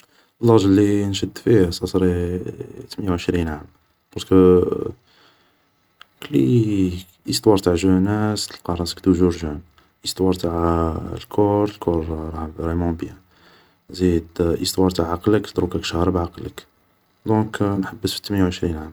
اللاج اللي نشد فيه, سا سوري تمنية و عشرين عام بارسكو كلي ايستوار تاع جوناس تلقى راسك توجور جون ايستوار تاع الكور الكور راه فريمون بيان, ايستوار تاع عقلك دروك راك شارب عقلك دونك نحبس في التمنية و عشرين عام